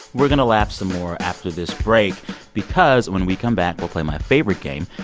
we're going to laugh some more after this break because when we come back, we'll play my favorite game,